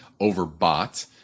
overbought